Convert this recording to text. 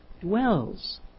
dwells